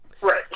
Right